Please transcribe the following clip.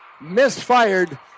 misfired